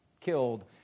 killed